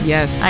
Yes